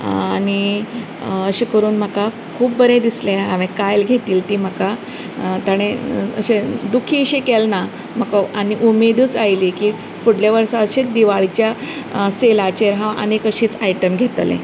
आनी अशें करून म्हाका खूब बरें दिसलें हांवेन कायल घेतिल्ली ती म्हाका ताणें अशें दुखीशें केलें ना म्हाका आनी उमेदूच आयली की फुडल्या वर्सा अशेंच दिवाळेच्या सेलाचेर हांव आनीक अशींच आयटम घेतलें